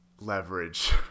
leverage